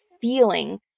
feeling